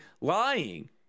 lying